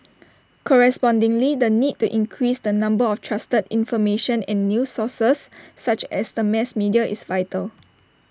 correspondingly the need to increase the number of trusted information and news sources such as the mass media is vital